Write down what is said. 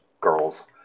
girls